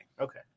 Okay